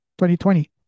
2020